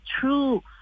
true